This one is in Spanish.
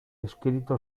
escrito